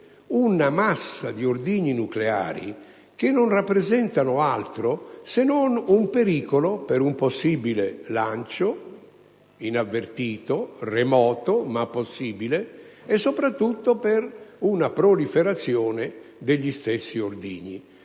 una massa di ordigni nucleari che non rappresentano altro se non un pericolo per un possibile lancio inavvertito, remoto ma possibile, e soprattutto per una proliferazione degli stessi ordigni.